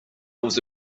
was